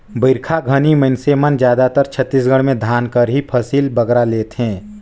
बरिखा घनी मइनसे मन जादातर छत्तीसगढ़ में धान कर ही फसिल बगरा लेथें